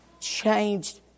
Changed